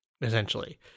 essentially